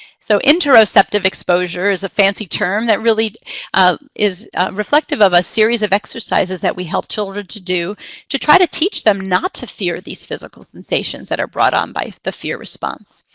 so interoceptive exposure is a fancy term that really is reflective of a series of exercises that we help children to do to try to teach them not to fear these physical sensations that are brought on by the fear response.